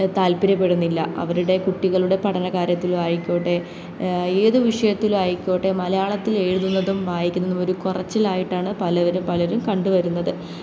താല്പര്യപ്പെടുന്നില്ല അവരുടെ കുട്ടികളുടെ പഠന കാര്യത്തിലും ആയിക്കോട്ടെ ഏത് വിഷയത്തിലും ആയിക്കോട്ടെ മലയാളത്തിൽ എഴുതുന്നതും വായിക്കുന്നതും ഒരു കുറച്ചിലായിട്ടാണ് പലരും പലരും കണ്ടുവരുന്നത്